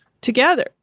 together